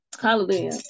Hallelujah